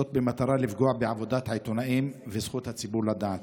במטרה לפגוע בעבודת העיתונאים ובזכות הציבור לדעת.